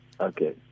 Okay